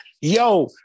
yo